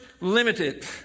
Limited